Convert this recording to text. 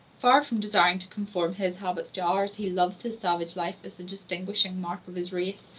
far from desiring to conform his habits to ours, he loves his savage life as the distinguishing mark of his race,